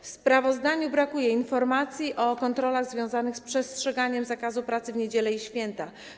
W sprawozdaniu brakuje informacji o kontrolach związanych z przestrzeganiem zakazu pracy w niedziele i święta.